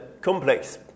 complex